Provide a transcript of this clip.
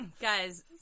Guys